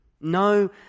No